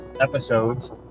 episodes